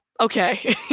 okay